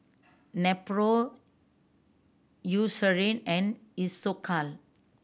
Nepro Eucerin and Isocal